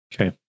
okay